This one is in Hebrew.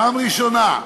פעם ראשונה.